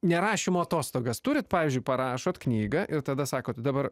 nerašymo atostogas turit pavyzdžiui parašot knygą ir tada sakot dabar